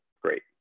Great